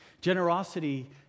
Generosity